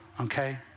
Okay